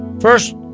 first